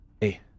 Hey